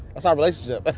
that's our relationship. but